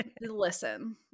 Listen